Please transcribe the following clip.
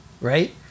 right